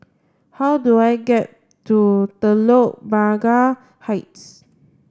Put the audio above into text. how do I get to Telok Blangah Heights